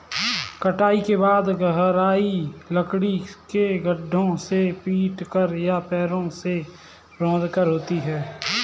कटाई के बाद गहराई लकड़ी के लट्ठों से पीटकर या पैरों से रौंदकर होती है